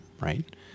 right